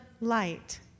Light